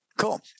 Cool